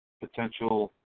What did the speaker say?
Potential